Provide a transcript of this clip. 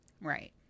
right